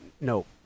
No